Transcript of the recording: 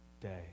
day